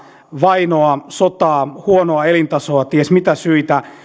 vainoa sotaa huonoa elintasoa ties mitä syitä